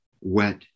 wet